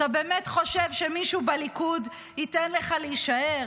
אתה באמת חושב שמישהו בליכוד ייתן לך להישאר?